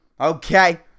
Okay